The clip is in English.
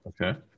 okay